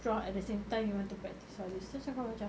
strong at the same time you want to practise all these terus aku macam